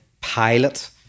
pilot